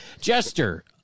Jester